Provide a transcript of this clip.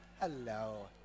hello